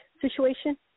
situation